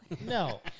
No